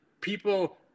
people